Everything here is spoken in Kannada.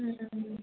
ಹ್ಞೂ ಹ್ಞೂ